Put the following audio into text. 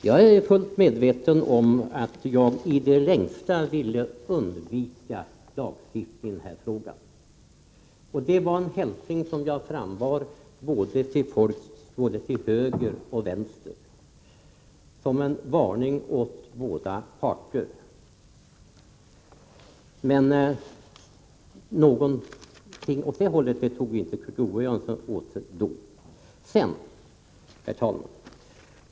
Herr talman! Jag är fullt medveden om att jag i det längsta ville undvika lagstiftning i den här frågan, och det var en åsikt som jag frambar både till höger och vänster som en varning åt båda parter. Men någonting i den vägen tog inte Kurt Ove Johansson åt sig då. Herr talman!